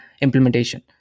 implementation